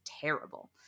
terrible